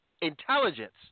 intelligence